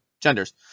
genders